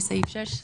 בסעיף 6,